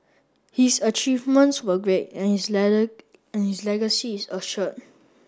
his achievements were great and his and his legacy is assured